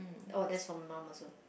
oh that's for mum also